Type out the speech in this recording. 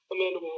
Amanda